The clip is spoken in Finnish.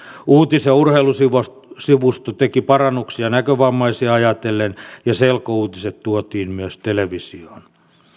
uutis ja urheilusivusto teki parannuksia näkövammaisia ajatellen ja selkouutiset tuotiin myös televisioon